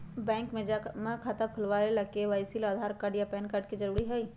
bank में जमा खाता खुलावे ला के.वाइ.सी ला आधार कार्ड आ पैन कार्ड जरूरी हई